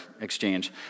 exchange